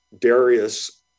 Darius